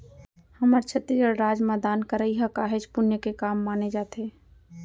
हमर छत्तीसगढ़ राज म दान करई ह काहेच पुन्य के काम माने जाथे